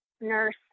nurse